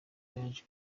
yanze